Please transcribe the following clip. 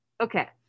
okay